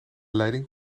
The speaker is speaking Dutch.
leiding